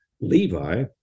Levi